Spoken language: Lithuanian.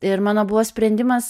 ir mano buvo sprendimas